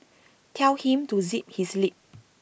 tell him to zip his lip